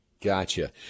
Gotcha